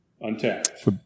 untapped